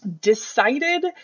decided